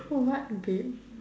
oh what if they